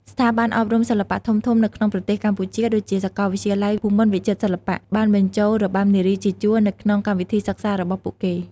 ស្ថាប័នអប់រំសិល្បៈធំៗនៅក្នុងប្រទេសកម្ពុជា ដូចជាសាកលវិទ្យាល័យភូមិន្ទវិចិត្រសិល្បៈ បានបញ្ចូលរបាំនារីជាជួរទៅក្នុងកម្មវិធីសិក្សារបស់ពួកគេ។